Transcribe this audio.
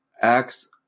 acts